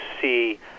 see